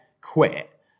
quit